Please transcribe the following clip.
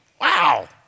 Wow